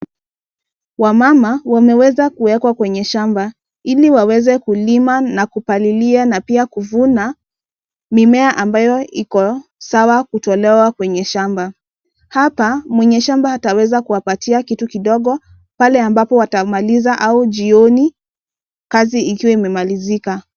Wamama wameweza kuwekwa kwenye shamba ili waweze kulima na kupalilia na pia kuvuna miamea ambayo iko sawa kutolewa kwenye shamba. Hapa, mwenye shamba ataweza kuwapatia kitu kidogo pale ambapo watamaliza au jioni kazi ikiwa imemalizika.